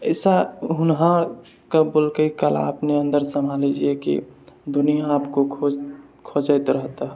अइसा होनहारके बोललकै कला अपने अन्दर सम्हारय कि दुनिआ आपको खोज खोजैत रहतय